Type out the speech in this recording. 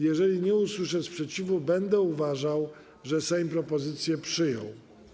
Jeżeli nie usłyszę sprzeciwu, będę uważał, że Sejm propozycje przyjął.